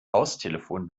haustelefon